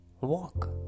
Walk